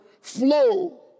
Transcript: flow